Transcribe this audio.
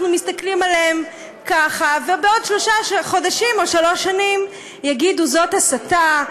מסתכלים עליהן כך ובעוד שלושה חודשים או שלוש שנים יגידו: זאת הסתה,